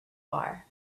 bar